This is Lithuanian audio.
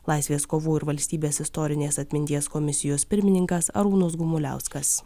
laisvės kovų ir valstybės istorinės atminties komisijos pirmininkas arūnas gumuliauskas